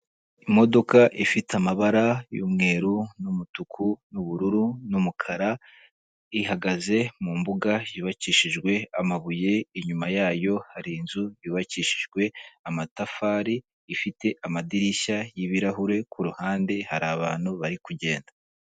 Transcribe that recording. Imodoka ifite amabara y'umweru n'umutuku n'ubururu n'umukara, ihagaze mu mbuga yubakishijwe amabuye, inyuma yayo hari inzu yubakishijwe amatafari ifite amadirishya y'ibirahure ku ruhande hari abantu bari kugenda.